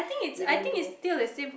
we don't do